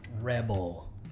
Rebel